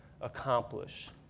accomplish